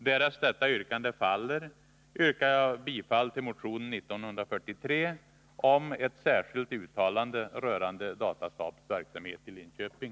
Därest detta yrkande faller, yrkar jag bifall till motion 1943 om ett särskilt uttalande rörande Datasaabs verksamhet i Linköping.